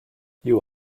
you